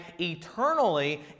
eternally